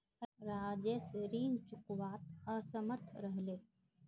राजेश ऋण चुकव्वात असमर्थ रह ले